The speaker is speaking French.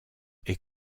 est